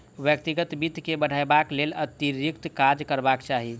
व्यक्तिगत वित्त के बढ़यबाक लेल अतिरिक्त काज करबाक चाही